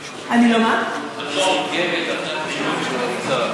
את לא עוקבת אחרי הפעילות של האוצר.